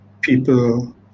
people